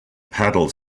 paddle